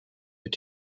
mit